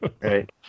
Right